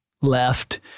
left